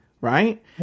right